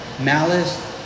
malice